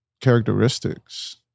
characteristics